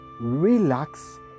relax